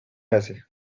hace